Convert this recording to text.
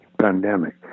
pandemic